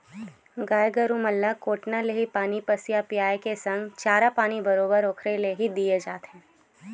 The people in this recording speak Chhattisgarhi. गाय गरु मन ल कोटना ले ही पानी पसिया पायए के संग चारा पानी बरोबर ओखरे ले ही देय जाथे